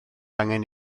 angen